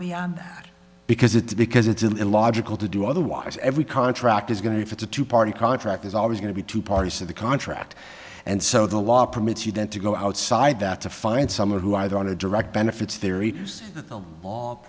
beyond that because it's because it's illogical to do otherwise every contract is going to if it's a two party contract is always going to be two parties to the contract and so the law permits you then to go outside that to find someone who either ought to direct benefits theory